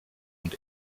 und